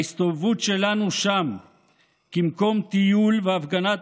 ההסתובבות שלנו שם כמקום טיול והפגנת